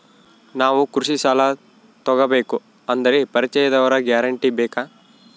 ನಾವು ಸಾಲ ತೋಗಬೇಕು ಅಂದರೆ ಪರಿಚಯದವರ ಗ್ಯಾರಂಟಿ ಬೇಕಾ?